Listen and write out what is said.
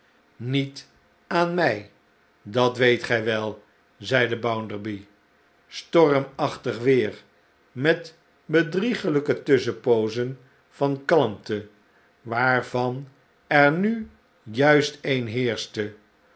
niet aan mij dat weet gij wel zeide bounderby stormachtig weer met bedrieglijke tusschenpoozen van kalmte waarvan er nu juist een heerschte